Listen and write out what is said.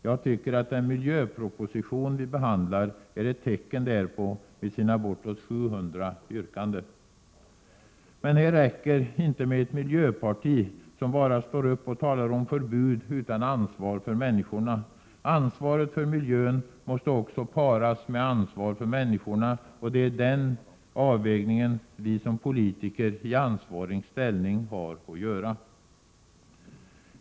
Jag tycker att den miljöproposition vi behandlar är ett tecken därpå med sina bortåt 700 yrkanden. Men här räcker det inte med ett miljöparti, som bara står upp och talarom Prot. 1987/88:134 förbud utan ansvar för människorna. Ansvaret för miljön måste också paras 6 juni 1988 med ansvar för människorna, och det är den avvägningen vi som politiker i ansvarig ställning har att göra.